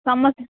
ସମସ୍ତେ